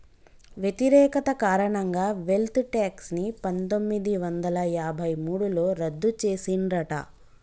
వ్యతిరేకత కారణంగా wealth tax ని పందొమ్మిది వందల యాభై మూడులో రద్దు చేసిండ్రట